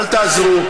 אל תעזרו.